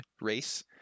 race